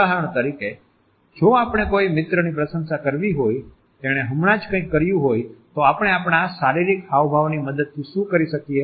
ઉદાહરણ તરીકે જો આપણે કોઈ મિત્રની પ્રશંસા કરવી હોય તેને હમણાં જ કંઈક કર્યું હોય તો આપણે આપણા શારીરિક હાવભાવની મદદથી શું કરીએ છીએ